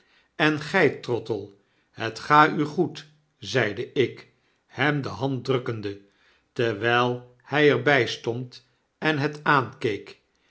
en gij trottle het ga u goed zeide ik hem de nand drukkende terwyl hy er bij stond en het aankeek